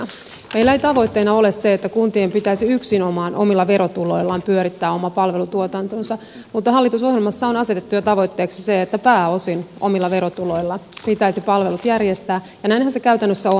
meillä ei tavoitteena ole se että kuntien pitäisi yksinomaan omilla verotuloillaan pyörittää oma palvelutuotantonsa mutta hallitusohjelmassa on asetettu jo tavoitteeksi se että pääosin omilla verotuloilla pitäisi palvelut järjestää ja näinhän se käytännössä on